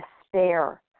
despair